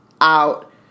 out